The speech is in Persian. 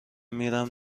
میرم